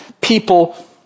people